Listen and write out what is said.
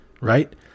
right